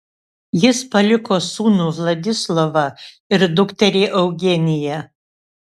jis paliko sūnų vladislovą ir dukterį eugeniją